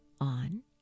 on